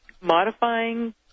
modifying